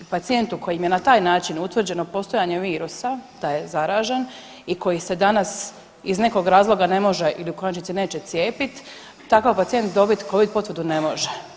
Pacijentu kojem je na taj način utvrđeno postojanje virusa da je zaražen i koji se danas iz nekog razloga ne može ili u konačnici neće cijepiti takav pacijent dobiti Covid potvrdu ne može.